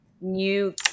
new